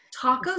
Tacos